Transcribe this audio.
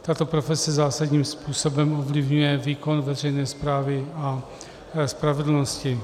Tato profese zásadním způsobem ovlivňuje výkon veřejné správy a spravedlnosti.